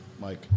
Mike